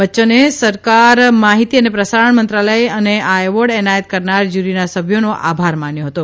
બચ્યને સરકાર માહીતી અને પ્રસારણ મંત્રાલય અને આ એવોર્ડ એનાયત કરનાર જ્યુરીના સભ્યોનો આભાર માન્યો હતો